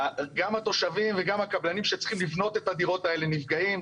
גם התושבים וגם הקבלנים שצריכים לבנות את הדירות האלה נפגעים.